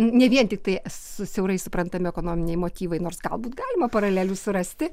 ne vien tiktai su siaurais suprantami ekonominiai motyvai nors galbūt galima paralelių surasti